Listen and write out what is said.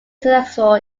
successful